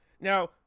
now